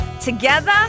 together